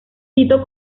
tito